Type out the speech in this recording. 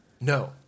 No